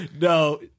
No